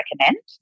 recommend